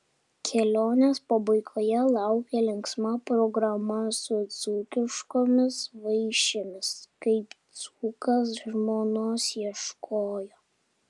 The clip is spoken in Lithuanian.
kelionės pabaigoje laukė linksma programa su dzūkiškomis vaišėmis kaip dzūkas žmonos ieškojo